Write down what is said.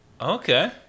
Okay